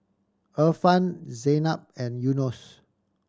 Irfan Zaynab and Yunos